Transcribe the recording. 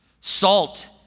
salt